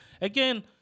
Again